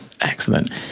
excellent